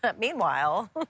Meanwhile